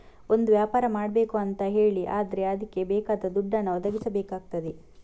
ಒಂದು ವ್ಯಾಪಾರ ಮಾಡ್ಬೇಕು ಅಂತ ಹೇಳಿ ಆದ್ರೆ ಅದ್ಕೆ ಬೇಕಾದ ದುಡ್ಡನ್ನ ಒದಗಿಸಬೇಕಾಗ್ತದೆ